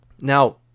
Now